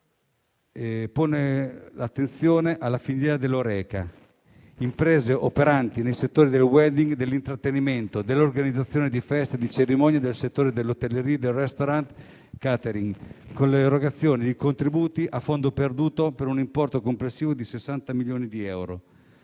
pone attenzione alla filiera dell'Horeca, ovvero alle imprese operanti nei settori del *wedding*, dell'intrattenimento, dell'organizzazione di feste, di cerimonie, del settore dell'*hotellerie*, del *restaurant* e del *catering*, con l'erogazione di contributi a fondo perduto, per un importo complessivo di 60 milioni di euro.